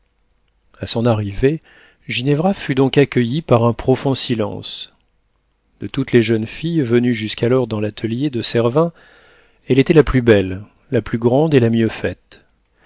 a son arrivée ginevra fut donc accueillie par un profond silence de toutes les jeunes filles venues jusqu'alors dans l'atelier de servin elle était la plus belle la plus grande et la mieux faite